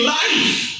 life